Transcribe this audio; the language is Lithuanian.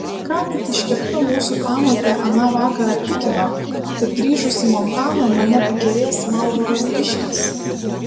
ką tik iškepta mūsų pamotė aną vakarą tikino kad grįžus į montaną mane pakerės marlboro vyriškis